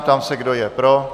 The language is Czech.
Ptám se, kdo je pro.